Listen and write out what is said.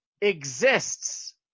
Exists